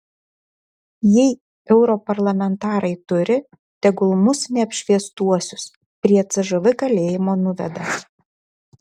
jei europarlamentarai turi tegul mus neapšviestuosius prie cžv kalėjimo nuveda